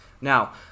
Now